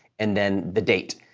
and then the date.